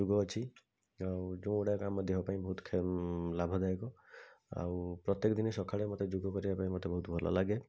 ଯୋ ଗ ଅଛି ଆଉ ଯୋଗୁଡ଼ାକ ଆମ ଦେହ ପାଇଁ ବହୁତ ଲାଭଦାୟକ ଆଉ ପ୍ରତ୍ୟେକ ଦିନ ସକାଳେ ମୋତେ ଯୋ ଗ କରିବା ପାଇଁ ମୋତେ ବହୁତ ଭଲ ଲାଗେ